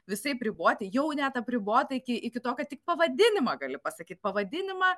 visaip riboti jau net apribota iki iki to kad tik pavadinimą gali pasakyt pavadinimą